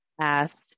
asked